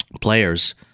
players